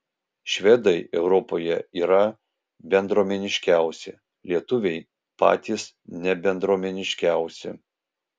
švedai europoje yra bendruomeniškiausi lietuviai patys nebendruomeniškiausi